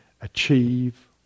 achieve